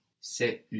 C'est